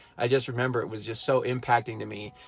i just remember it was just so impacting to me.